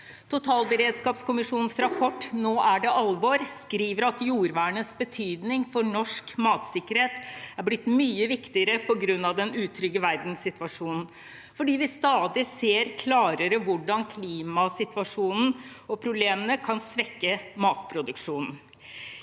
Totalberedskapskommisjonens rapport «Nå er det alvor» skriver at jordvernets betydning for norsk matsikkerhet er blitt mye viktigere på grunn av den utrygge verdenssituasjonen. Vi ser stadig klarere hvordan klimasituasjonen og -problemene kan svekke matproduksjonen,